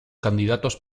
candidatos